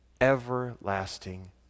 everlasting